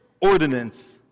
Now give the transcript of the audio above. ordinance